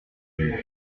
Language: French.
vue